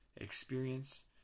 experience